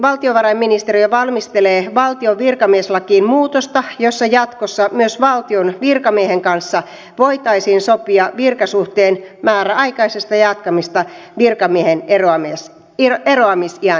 valtiovarainministeriö valmistelee valtion virkamieslakiin muutosta jossa jatkossa myös valtion virkamiehen kanssa voitaisiin sopia virkasuhteen määräaikaisesta jatkamisesta virkamiehen eroa mies ja eroamis ja